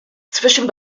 zwischen